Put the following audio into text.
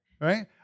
Right